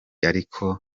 ariko